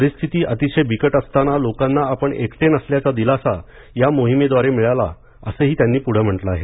परिस्थिति अतिशय बिकट असताना लोकांना आपण एकटे नसल्याचा दिलासा या मोहिमेद्वारे मिळाला असेही त्यांनी पुढे म्हंटले आहे